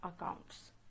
accounts